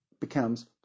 becomes